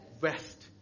west